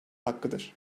hakkıdır